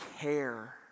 care